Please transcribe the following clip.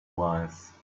wise